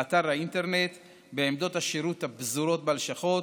באתר האינטרנט, בעמדות השירות הפזורות בלשכות